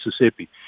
Mississippi